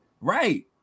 right